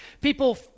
people –